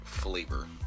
flavor